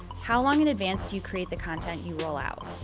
how long in advance do you create the content you roll out?